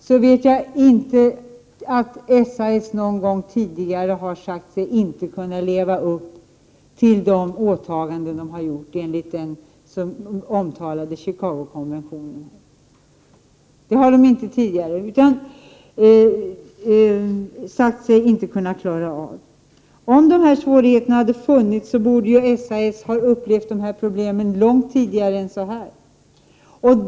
Jag vet inte heller att SAS någon gång tidigare sagt sig inte kunna leva upp till de åtaganden man gjort enligt den omtalade Chicagokonventionen. Om dessa svårigheter funnits, borde SAS ha: upptäckt dessa problem långt tidigare.